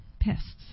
Pests